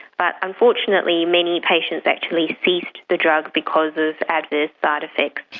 but unfortunately many patients actually ceased the drug because of adverse side effects.